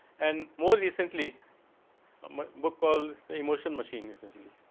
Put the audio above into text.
and more recently um ah book all the emotion machine essentially.